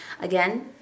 again